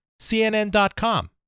CNN.com